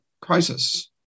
crisis